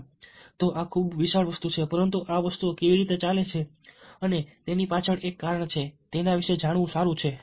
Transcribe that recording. આમ તો આ ખૂબ વિશાળ વસ્તુ છે પરંતુ આ વસ્તુઓ કેવી રીતે ચાલે છે અને તેની પાછળ એક કારણ છે તે વિશે જાણવું સારું છે